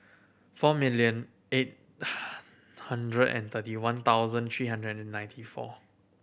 four million eight hundred and thirty one thousand three hundred and ninety four